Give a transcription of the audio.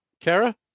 Kara